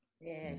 Yes